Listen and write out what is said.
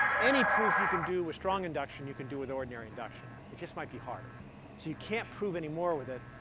any proof you can do with strong induction, you can do with ordinary induction. it just might be harder. so you can't prove any more with it,